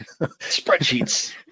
Spreadsheets